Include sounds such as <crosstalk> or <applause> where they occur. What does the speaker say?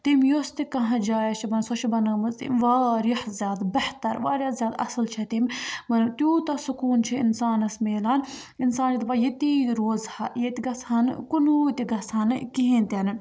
تٔمۍ یۄس تہِ کانٛہہ جایہ چھِ <unintelligible> سۄ چھِ بَنٲومٕژ تٔمۍ واریاہ زیادٕ بہتر واریاہ زیادٕ اَصٕل چھےٚ تٔمۍ <unintelligible> تیوٗتاہ سکوٗن چھِ اِنسانَس مِلان اِنسان چھِ دَپان ییٚتی روزٕہا ییٚتہِ گژھٕ ہا نہٕ کُنُے تہِ گژھٕ ہا نہٕ کِہیٖنۍ تہِ نہٕ